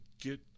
get